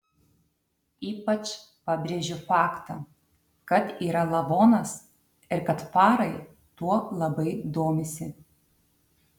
ypač pabrėžiu faktą kad yra lavonas ir kad farai tuo labai domisi